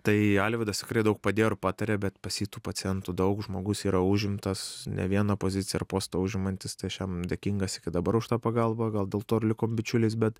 tai alvydas tikrai daug padėjo ir patarė bet pas jį tų pacientų daug žmogus yra užimtas ne vieną poziciją ir postą užimantis tai aš jam dėkingas iki dabar už tą pagalbą gal dėl to ir likom bičiuliais bet